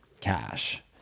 cash